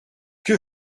que